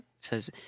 says